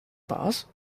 boss